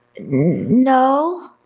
no